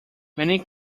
many